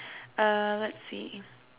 uh let's see